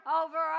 over